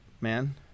man